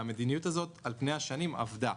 והמדיניות הזו על פני השנים, עבדה.